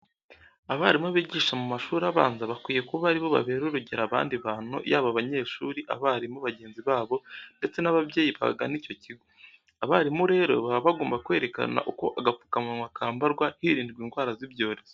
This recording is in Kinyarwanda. Abarimu bigisha mu mashuri abanza bakwiye kuba ari bo babera urugero abandi bantu yaba abanyeshuri, abarimu bagenzi babo ndetse n'ababyeyi bagana icyo kigo. Aba barimu rero, baba bagomba kwerekana uko agapfukamunwa kambarwa hirindwa indwara z'ibyorezo.